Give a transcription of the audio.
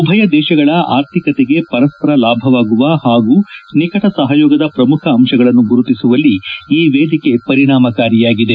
ಉಭಯ ದೇಶಗಳ ಆರ್ಥಿಕತೆಗೆ ಪರಸ್ಪರ ಲಾಭವಾಗುವ ಹಾಗೂ ನಿಕಟ ಸಹಯೋಗದ ಪ್ರಮುಖ ಅಂಶಗಳನ್ನು ಗುರುತಿಸುವಲ್ಲಿ ಈ ವೇದಿಕೆ ಪರಿಣಾಮಕಾರಿಯಾಗಿದೆ